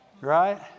right